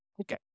Okay